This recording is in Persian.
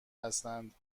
هستند